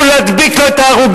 לא תנסו להדביק לו את ההרוגים,